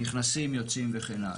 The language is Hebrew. נכנסים, יוצאים וכן האלה.